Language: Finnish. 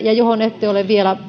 ja johon ette ole vielä